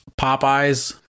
popeyes